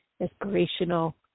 inspirational